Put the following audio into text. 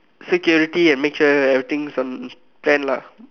security and make sure everything's on plan lah